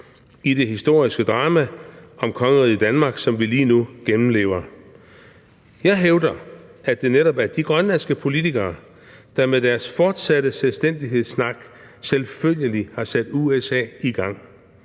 i det historiske drama om kongeriget Danmark, som vi lige nu gennemlever. Jeg hævder, at det netop er de grønlandske politikere, der med deres fortsatte selvstændighedssnak selvfølgelig har sat USA i gang.